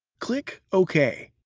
click ok,